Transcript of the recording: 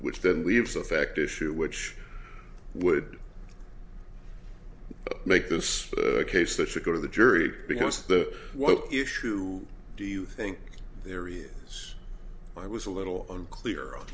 which then leaves the fact issue which would make this case that should go to the jury because the what issue do you think there is i was a little unclear on